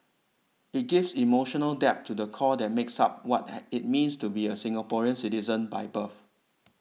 it gives emotional depth to the core that makes up what had it means to be a Singaporean citizens by birth